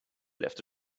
left